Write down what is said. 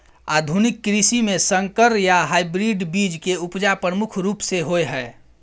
आधुनिक कृषि में संकर या हाइब्रिड बीज के उपजा प्रमुख रूप से होय हय